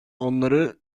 onları